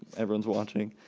everyone's watching.